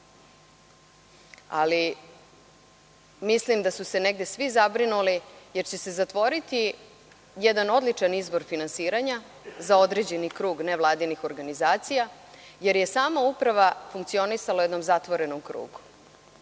ali mislim da su se svi zabrinuli, jer će se zatvoriti jedan odličan izvor finansiranja za određeni krug nevladinih organizacija, jer je sama Uprava funkcionisala u jednom zatvorenom krugu.